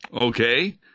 Okay